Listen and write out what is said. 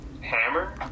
hammer